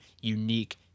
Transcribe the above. unique